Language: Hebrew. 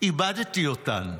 "איבדתי אותן".